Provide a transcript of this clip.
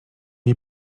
nie